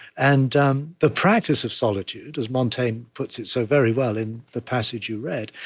and um the practice of solitude, as montaigne puts it so very well in the passage you read,